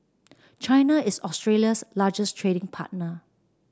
China is Australia's largest trading partner